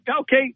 okay